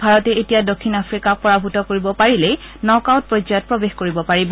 ভাৰতে এতিয়া দক্ষিণ আফ্ৰিকাক পৰাভূত কৰিব পাৰিলেই নক আউট পৰ্যায়ত প্ৰৱেশ কৰিব পাৰিব